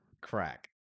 Crack